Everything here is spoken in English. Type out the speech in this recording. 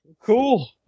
cool